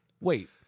Wait